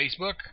Facebook